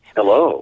Hello